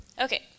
Okay